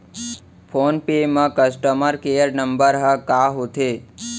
Phone पे म customer care number ह का होथे?